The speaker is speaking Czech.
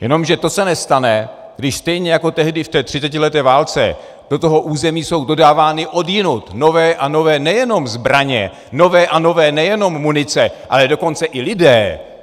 Jenomže to se nestane, když stejně jako tehdy v té třicetileté válce do toho území jsou dodávány odjinud nové a nové nejenom zbraně, nové a nové nejenom munice, ale dokonce i lidé.